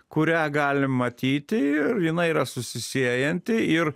kurią galim matyti ir jinai yra susisiejanti ir